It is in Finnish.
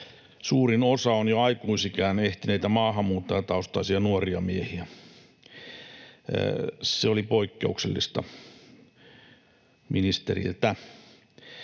suurin osa on jo aikuisikään ehtineitä maahanmuuttajataustaisia nuoria miehiä. Se oli poikkeuksellista ministeriltä.